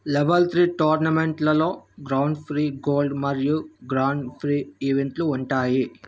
level three టోర్నమెంట్లలో Grand Prix Gold మరియు Grand Prix ఈవెంట్లు ఉంటాయి